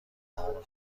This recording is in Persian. تمام